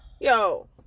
yo